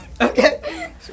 Okay